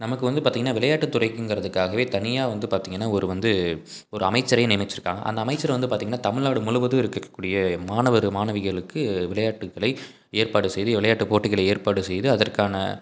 நமக்கு வந்து பார்த்திங்கனா விளையாட்டு துறைக்குங்கிறதுக்காகவே தனியாக வந்து பார்த்திங்கனா ஒரு வந்து ஒரு அமைச்சரையே நியமிச்சிருக்காங்க அந்த அமைச்சர் வந்து பார்த்திங்கனா தமிழ்நாடு முழுவதும் இருக்கக்கூடிய மாணவர் மாணவிகளுக்கு விளையாட்டுகளை ஏற்பாடு செய்து விளையாட்டு போட்டிகளை ஏற்பாடு செய்து அதற்கான